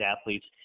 athletes